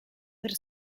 per